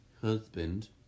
husband